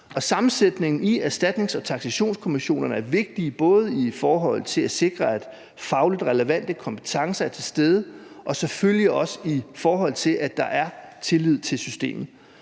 Sammensætningen i erstatnings- og taksationskommissionerne er vigtig, både i forhold til at sikre, at fagligt relevante kompetencer er til stede, og selvfølgelig også i forhold til at der er tillid til systemet,